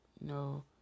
No